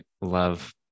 love